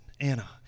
Anna